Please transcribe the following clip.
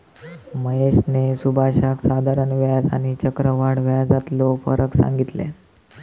महेशने सुभाषका साधारण व्याज आणि आणि चक्रव्याढ व्याजातलो फरक सांगितल्यान